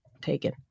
taken